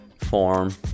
form